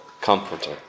comforter